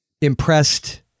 impressed